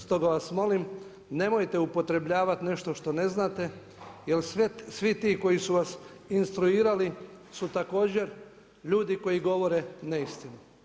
Stoga vas molim, nemojte upotrebljavati nešto što ne znate jer svi ti koji su vas instruirali su također ljudi koji govore neistinu.